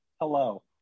Hello